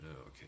Okay